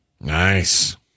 Nice